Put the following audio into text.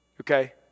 Okay